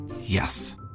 Yes